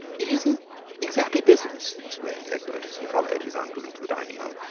it isn't exactly business, explained egbert, as he followed his uncle into the dining-room.